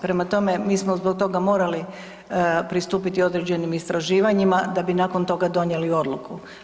Prema tome, mi smo zbog toga morali pristupiti određenim istraživanjima da bi nakon toga donijeli odluku.